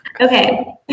Okay